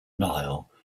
nile